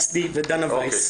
לדנה וייס.